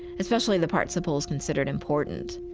especially the parts the poles considered important.